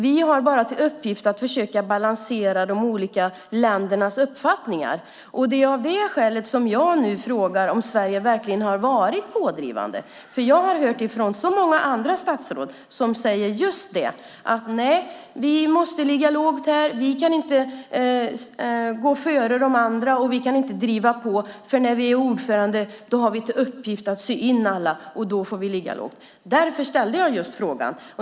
Vi har bara till uppgift att försöka balansera de olika ländernas uppfattningar. Det är av det skälet som jag nu frågar om Sverige verkligen har varit pådrivande. Jag har hört så många andra statsråd som säger just det: Nej, vi måste ligga lågt här. Vi kan inte gå före de andra, och vi kan inte driva på. När vi är ordförande har vi till uppgift att sy in alla, och då får vi ligga lågt. Därför ställde jag frågan.